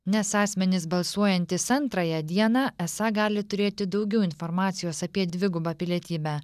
nes asmenys balsuojantys antrąją dieną esą gali turėti daugiau informacijos apie dvigubą pilietybę